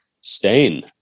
Stain